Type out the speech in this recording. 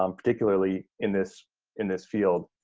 um particularly in this in this field.